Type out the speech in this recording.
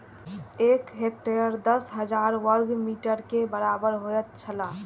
एक हेक्टेयर दस हजार वर्ग मीटर के बराबर होयत छला